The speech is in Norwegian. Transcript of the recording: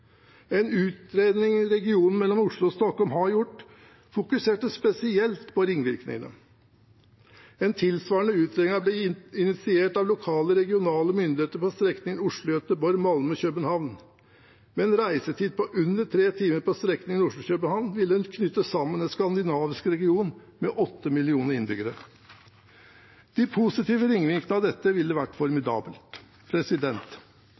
har gjort, fokuserte spesielt på ringvirkningene. En tilsvarende utredning ble initiert av lokale og regionale myndigheter på strekningene Oslo–Göteborg–Malmø–København. Med en reisetid på under 3 timer på strekningen Oslo–København vil man knytte sammen en skandinavisk region med 8 millioner innbyggere. De positive ringvirkningene av dette ville vært